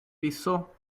pisó